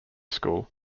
school